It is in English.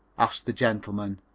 asked the gentleman,